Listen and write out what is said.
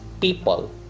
people